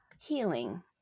healing